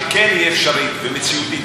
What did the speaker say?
שכן תהיה אפשרית ומציאותית,